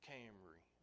Camry